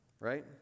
right